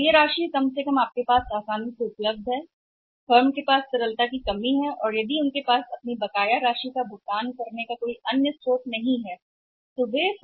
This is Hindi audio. तो यह राशि कम से कम उपलब्ध है इसका मतलब है कि कुछ समय आसानी से आपके पास हो सकता है फर्म के पास तरलता की कमी है और यदि भुगतान करने के लिए उनके पास कोई अन्य स्रोत नहीं है उनकी बकाया राशि